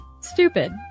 stupid